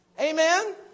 Amen